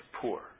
poor